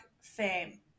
fame